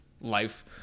life